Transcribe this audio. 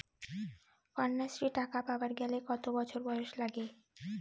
কন্যাশ্রী টাকা পাবার গেলে কতো বছর বয়স লাগে?